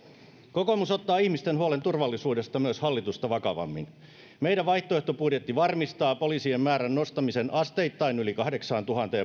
kokoomus ottaa ihmisten huolen turvallisuudesta myös hallitusta vakavammin meidän vaihtoehtobudjetti varmistaa poliisien määrän nostamisen asteittain yli kahdeksaantuhanteen